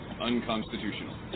unconstitutional